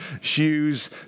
shoes